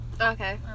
Okay